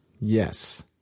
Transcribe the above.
Yes